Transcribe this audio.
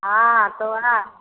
हाँ तऽ वएह